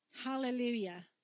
Hallelujah